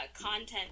content